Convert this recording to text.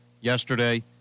yesterday